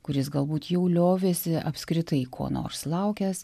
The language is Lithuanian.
kuris galbūt jau liovėsi apskritai ko nors laukęs